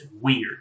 weird